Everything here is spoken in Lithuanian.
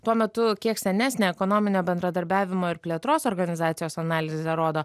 tuo metu kiek senesnė ekonominio bendradarbiavimo ir plėtros organizacijos analizė rodo